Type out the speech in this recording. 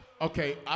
Okay